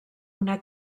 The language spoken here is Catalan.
una